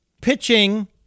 pitching